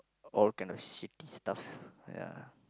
all kind of shitty stuffs ya